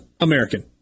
American